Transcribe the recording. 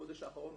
חודש האחרון,